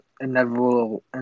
inevitable